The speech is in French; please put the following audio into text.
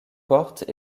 portes